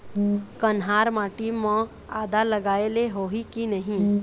कन्हार माटी म आदा लगाए ले होही की नहीं?